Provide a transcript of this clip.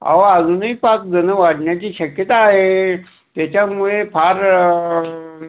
अहो अजूनही पाचजणं वाढण्याची शक्यता आहे त्याच्यामुळे फार